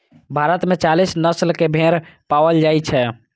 भारत मे चालीस नस्ल के भेड़ पाओल जाइ छै